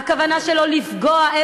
הכוונה שלו לפגוע.